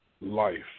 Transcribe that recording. life